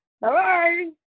bye